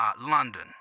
London